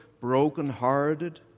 brokenhearted